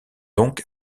donc